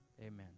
Amen